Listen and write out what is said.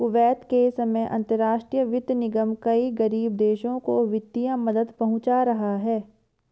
Kuwait के समय अंतरराष्ट्रीय वित्त निगम कई गरीब देशों को वित्तीय मदद पहुंचा रहा है